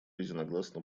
единогласно